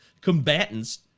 combatants